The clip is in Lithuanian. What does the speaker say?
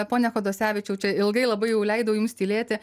pone kodosevičiau čia ilgai labai jau leidau jums tylėti